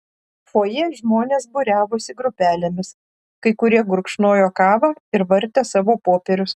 fojė žmonės būriavosi grupelėmis kai kurie gurkšnojo kavą ir vartė savo popierius